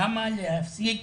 למה להפסיק